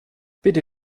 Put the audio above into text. bitte